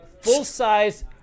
full-size